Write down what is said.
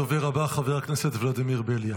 הדובר הבא, חבר הכנסת ולדימיר בליאק.